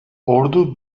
ordu